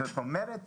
זאת אומרת,